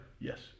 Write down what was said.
Yes